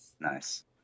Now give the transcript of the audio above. Nice